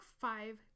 five